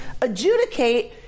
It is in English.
adjudicate